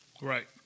Right